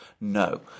no